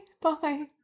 bye